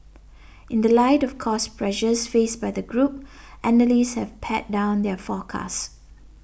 in the light of cost pressures faced by the group analysts have pared down their forecasts